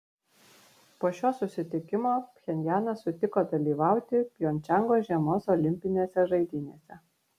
po šio susitikimo pchenjanas sutiko dalyvauti pjongčango žiemos olimpinėse žaidynėse